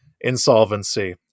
insolvency